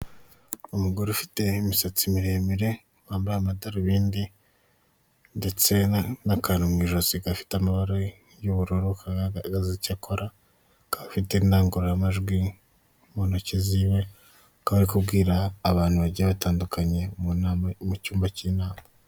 Umugore ufite umusatsi muremure wambaye imyenda y'umutuku, vharimo n'umukara n'umweru n'ijipo ngufiya, ufite igikapu gikunzwe gukoreshwa n'abantu bakunze kujya mu mahanga akaba ahagaze hafi y'ibyapa bigiye bitandukanye ndetse n'inyuma yaho hakaba hari iminara y'amashanyarazi.